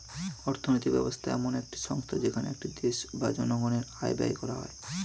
অর্থনৈতিক ব্যবস্থা এমন একটি সংস্থা যেখানে একটি দেশ বা জনগণের আয় ব্যয় করা হয়